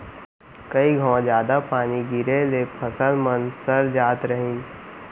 कई घौं जादा पानी गिरे ले फसल मन सर जात रहिन